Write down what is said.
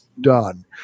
done